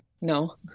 No